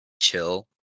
chill